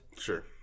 Sure